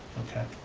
okay.